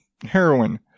heroin